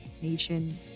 nation